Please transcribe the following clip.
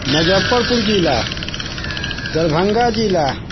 मजफ्फरपुर जिला दरभङ्गा जिला